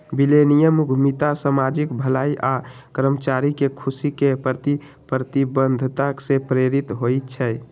millennium उद्यमिता सामाजिक भलाई आऽ कर्मचारी के खुशी के प्रति प्रतिबद्धता से प्रेरित होइ छइ